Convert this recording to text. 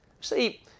See